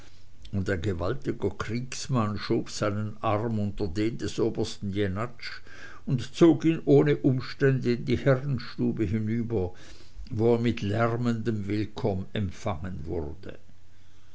ein gewaltiger kriegsmann schob seinen arm unter den des obersten jenatsch und zog ihn ohne umstände in die herrenstube hinüber wo er mit lärmendem willkomm empfangen wurde